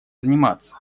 заниматься